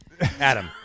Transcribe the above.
Adam